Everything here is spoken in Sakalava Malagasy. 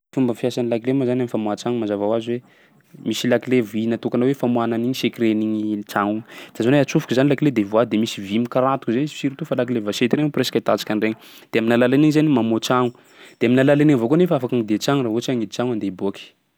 Fomba fiasan'ny lakile moa zany am'famohan-tsagno mazava ho azy hoe misy lakile vy natokana hoe famohana an'igny secretn'igny tsagno igny. De zany hoe atsofoko zany lakile de vohà de misy vy mikarantoky izay surout fa lakile vachette regny presque ahitantsika an'iregny. De amin'ny alalan'igny zainy mamoha tsagno, de amin'ny alalan'i avao koa nefa afaky agnidia tsagno raha ohatsy hoe hagnidy tsagno handeha hiboaky.